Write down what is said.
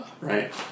right